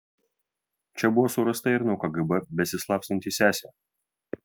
čia buvo surasta ir nuo kgb besislapstanti sesė